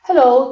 Hello